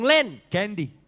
Candy